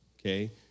okay